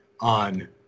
on